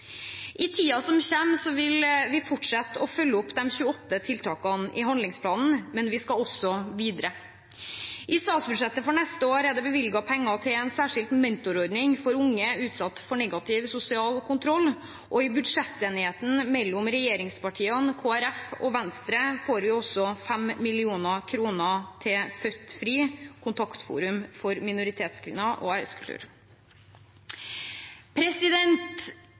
I tiden som kommer, vil vi fortsette å følge opp de 28 tiltakene i handlingsplanen, men vi skal også videre. I statsbudsjettet for neste år er det bevilget penger til en særskilt mentorordning for unge utsatt for negativ sosial kontroll, og i budsjettenigheten mellom regjeringspartiene, Kristelig Folkeparti og Venstre får vi også 5 mill. kr til Født Fri – kontaktforum for minoritetskvinner og æreskultur.